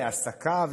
לעסקיו,